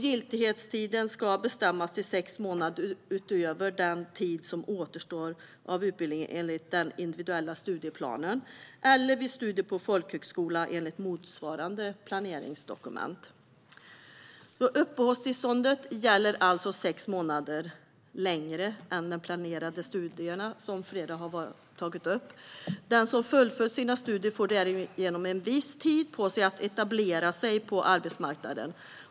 Giltighetstiden ska bestämmas till sex månader utöver den tid som återstår av utbildningen enligt den individuella studieplanen eller, vid studier på folkhögskola, enligt motsvarande planeringsdokument. Uppehållstillståndet gäller alltså sex månader längre än de planerade studierna, vilket flera har tagit upp. Den som fullföljt sina studier får därigenom en viss tid på sig att etablera sig på arbetsmarknaden.